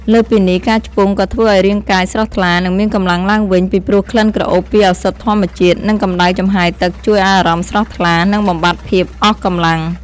លើសពីនេះ ការឆ្ពង់ក៏ធ្វើឲ្យរាងកាយស្រស់ថ្លា និងមានកម្លាំងឡើងវិញ ពីព្រោះក្លិនក្រអូបពីឱសថធម្មជាតិ និងកម្ដៅចំហាយទឹកជួយឲ្យអារម្មណ៍ស្រស់ថ្លា និងបំបាត់ភាពអស់កម្លាំង។